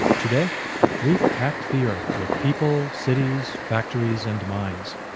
today we've packed the earth with people, cities, factories and mines.